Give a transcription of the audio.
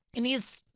and he's